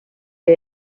que